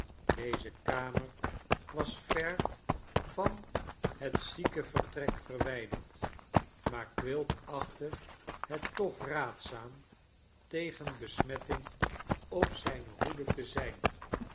deze kamer was ver van het ziekevertrek verwijderd maar quilp achtte het toch raadzaam tegen besmetting op zijne hoede te zijn